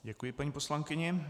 Děkuji paní poslankyni.